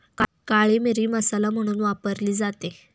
काळी मिरी मसाला म्हणून वापरली जाते